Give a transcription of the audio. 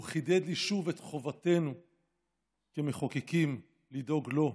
הוא חידד לי שוב את חובתנו כמחוקקים לדאוג לו,